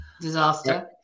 disaster